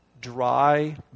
dry